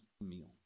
meal